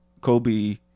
Kobe